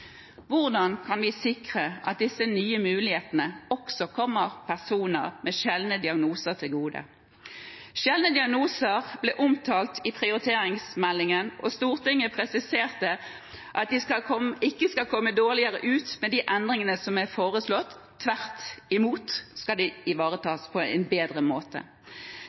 Hvordan kan vi sikre at disse nye mulighetene også kommer personer med sjeldne diagnoser til gode? Sjeldne diagnoser ble omtalt i prioriteringsmeldingen, og Stortinget presiserte at de ikke skal komme dårligere ut med de endringene som er foreslått. Tvert imot skal de ivaretas på en bedre måte.